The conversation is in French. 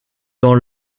dans